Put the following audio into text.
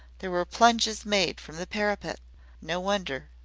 there were plunges made from the parapet no wonder.